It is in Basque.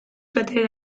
plater